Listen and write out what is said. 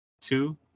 two